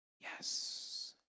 yes